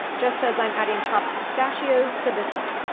just as i'm adding chopped pistachios to this one.